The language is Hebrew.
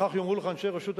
וכך יאמרו לך אנשי רשות המים,